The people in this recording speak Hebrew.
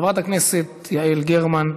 חברת הכנסת יעל גרמן,